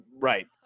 Right